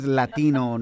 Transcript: latino